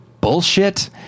bullshit